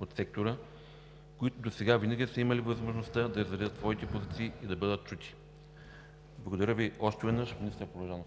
от сектора, които досега винаги са имали възможността да изразят своите позиции и да бъдат чути. Благодаря Ви още веднъж, министър Порожанов.